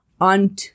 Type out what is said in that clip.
on